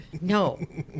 No